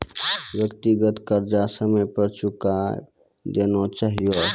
व्यक्तिगत कर्जा समय पर चुकाय देना चहियो